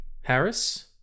Harris